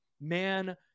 man